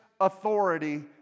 authority